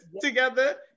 together